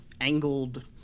angled